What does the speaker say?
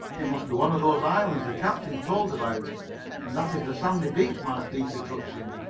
it must be one of those islands the captain told about and that is the sandy beach my feet are touching.